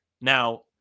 Now